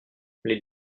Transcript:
les